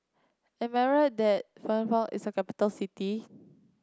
am I right that Phnom Penh is a capital city